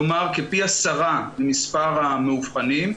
כלומר פי עשרה ממספר המאובחנים.